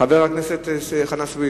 חבר הכנסת חנא סוייד,